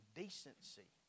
decency